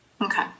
okay